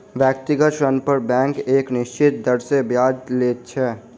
व्यक्तिगत ऋण पर बैंक एक निश्चित दर सॅ ब्याज लैत छै